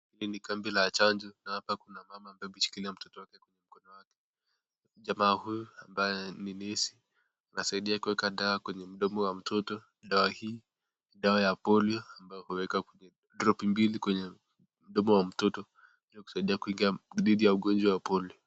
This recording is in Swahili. Hili ni kambi la chanjo na hapa kuna mama ambaye ameshikilia mtoto wake kwa mkono wake, jamaa huyu ambaye ni nesi anasaidia kuweka dawa kwenye mdomo wa mtoto. Dawa hii ni dawa ya polio ambayo huwekwa dropi mbili kwenye mdomo wa mtoto ili kusaidia kukinga dhidi ya ugonjwa wa polio.